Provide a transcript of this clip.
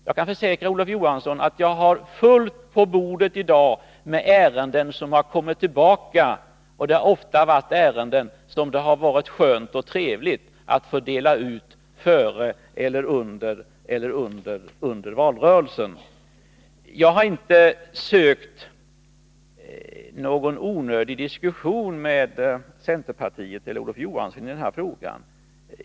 Jag kan försäkra Olof Johansson att jag i dag på mitt bord har fullt med ärenden som har kommit tillbaka. Det har ofta varit ärenden som gällt projekt som det har varit skönt och trevligt att få dela ut och sätta i gång före eller under valrörelsen. Jag har inte sökt någon onödig diskussion med centerpartiet eller Olof Johansson i denna fråga.